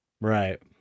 right